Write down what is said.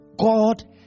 God